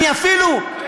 אני אפילו,